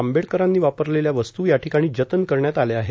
आंबेडकरांनी वापरलेल्या वस्तू याठिकाणी जतन करण्यात आल्या आहेत